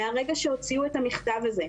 מהרגע שהוציאו את המכתב הזה,